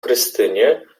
krystynie